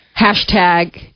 Hashtag